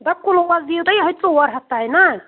دَپ کُلُوَس دِیِو تُہۍ یِہوٚے ژور ہَتھ تام نا